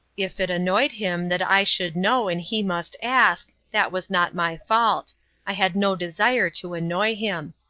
if it annoyed him that i should know and he must ask that was not my fault i had no desire to annoy him.